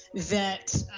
that